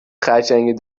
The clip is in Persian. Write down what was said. خرچنگ